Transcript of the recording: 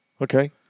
Okay